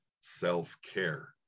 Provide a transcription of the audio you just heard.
self-care